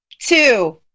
two